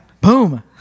Boom